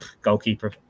goalkeeper